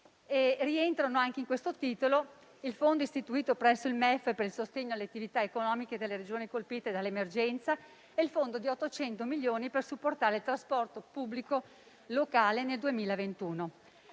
Rientrano in questo titolo anche il fondo istituito presso per il MEF per il sostegno alle attività economiche delle Regioni colpite dall'emergenza e il fondo di 800 milioni per supportare il trasporto pubblico locale nel 2021.